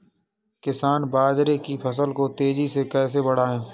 किसान बाजरे की फसल को तेजी से कैसे बढ़ाएँ?